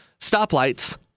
stoplights